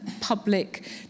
public